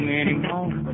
anymore